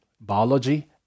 biology